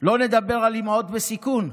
שלא לדבר על אימהות בסיכון,